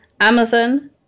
Amazon